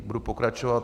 Budu pokračovat.